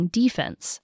defense